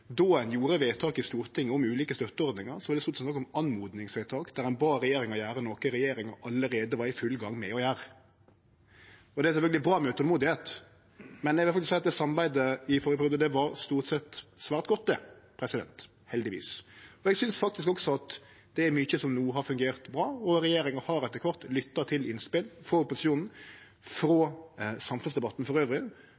Då ein gjorde vedtak i Stortinget om ulike støtteordningar, var det stort sett snakk om oppmodingsvedtak, der ein bad regjeringa gjere noko regjeringa allereie var i full gang med å gjere. Det er sjølvsagt bra med utolmod, men samarbeidet i førre periode var stort sett svært godt – heldigvis. Eg synest faktisk også at det er mykje som no har fungert bra. Regjeringa har etter kvart lytta til innspel frå opposisjonen og frå